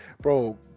bro